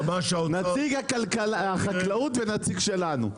נציג החקלאות ונציג שלנו.